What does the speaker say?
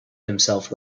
himself